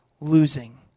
losing